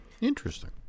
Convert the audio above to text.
Interesting